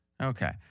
Okay